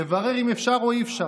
לברר אם אפשר או אי-אפשר.